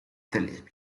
televisión